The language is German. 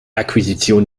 akquisition